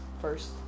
first